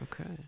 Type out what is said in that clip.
Okay